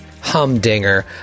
Humdinger